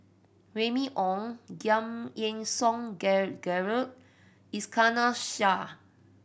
Remy Ong Giam Yean Song Gerald Iskandar Shah